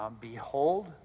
behold